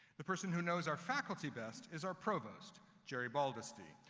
the person who knows our faculty best is our provost, jerry baldasty.